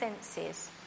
senses